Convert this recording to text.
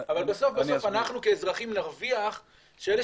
אבל בסוף בסוף אנחנו כאזרחים נרוויח שאלה